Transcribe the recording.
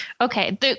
Okay